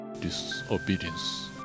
disobedience